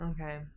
okay